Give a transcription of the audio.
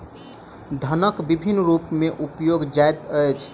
धनक विभिन्न रूप में उपयोग जाइत अछि